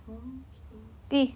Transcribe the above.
okay